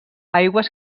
aigües